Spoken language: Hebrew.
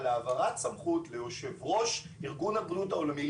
על העברת סמכות ליו"ר ארגון הבריאות העולמי,